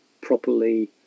properly